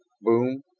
Boom